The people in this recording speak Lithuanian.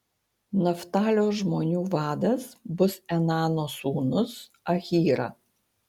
naftalio žmonių vadas bus enano sūnus ahyra